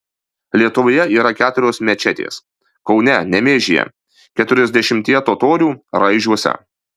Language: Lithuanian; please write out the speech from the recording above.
lietuvoje yra keturios mečetės kaune nemėžyje keturiasdešimtyje totorių raižiuose